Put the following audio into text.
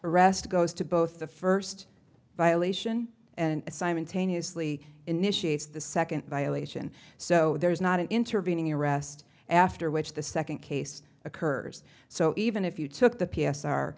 arrest goes to both the first violation and simultaneously initiates the second violation so there is not an intervening arrest after which the second case occurs so even if you took the p